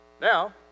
Now